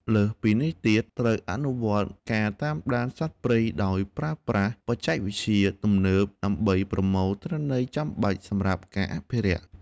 លើសពីនេះទៀត ត្រូវអនុវត្តការតាមដានសត្វព្រៃដោយប្រើប្រាស់បច្ចេកវិទ្យាទំនើប ដើម្បីប្រមូលទិន្នន័យចាំបាច់សម្រាប់ការអភិរក្ស។